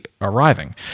arriving